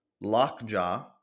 Lockjaw